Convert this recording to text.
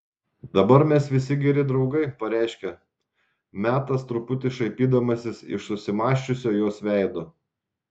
dabar mes visi geri draugai pareiškė metas truputį šaipydamasis iš susimąsčiusio jos veido